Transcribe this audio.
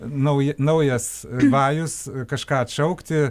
nauji naujas vajus kažką atšaukti